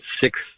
six